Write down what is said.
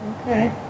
Okay